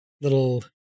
little